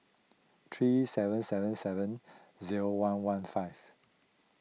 three seven seven seven zero one one five